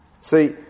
See